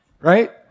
Right